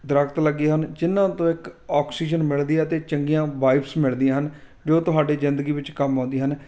ਦਰਖਤ ਲੱਗੇ ਹਨ ਜਿਨ੍ਹਾਂ ਤੋਂ ਇੱਕ ਆਕਸੀਜਨ ਮਿਲਦੀ ਹੈ ਅਤੇ ਚੰਗੀਆਂ ਵਾਈਬਸ ਮਿਲਦੀਆਂ ਹਨ ਜੋ ਤੁਹਾਡੇ ਜ਼ਿੰਦਗੀ ਵਿੱਚ ਕੰਮ ਆਉਂਦੀਆਂ ਹਨ